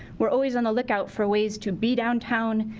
we're always on the lookout for ways to be downtown,